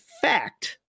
fact